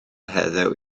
heddiw